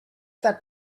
that